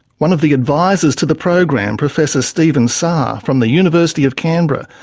one of the advisors to the program, professor stephen sarre from the university of canberra,